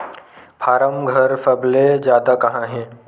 form घर सबले जादा कहां हे